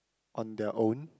on their own